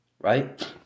right